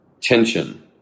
tension